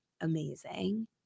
amazing